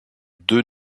deux